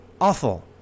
Awful